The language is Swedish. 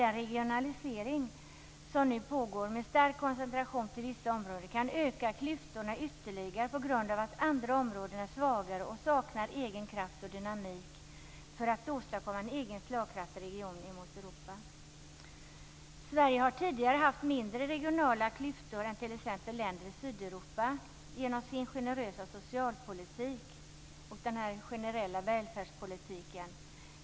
Den regionalisering som nu pågår med stark koncentration till vissa områden kan öka klyftorna ytterligare på grund av att andra områden är svagare och saknar egen kraft och dynamik för att åstadkomma en egen slagkraftig region i Europa. Sverige har tidigare haft mindre regionala klyftor än t.ex. länder i Sydeuropa genom sin generösa socialpolitik och den generella välfärdspolitiken.